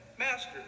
Master